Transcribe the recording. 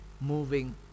moving